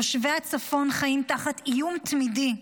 תושבי הצפון חיים תחת איום תמידי,